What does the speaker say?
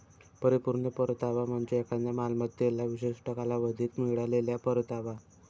परिपूर्ण परतावा म्हणजे एखाद्या मालमत्तेला विशिष्ट कालावधीत मिळालेला परतावा